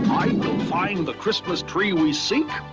will find that christmas tree we seek.